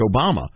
Obama